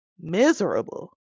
Miserable